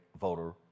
voter